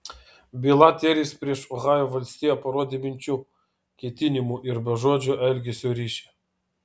byla teris prieš ohajo valstiją parodė minčių ketinimų ir bežodžio elgesio ryšį